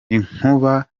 inkuba